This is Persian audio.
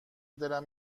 دلم